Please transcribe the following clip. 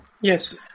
Yes